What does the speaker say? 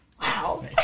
Wow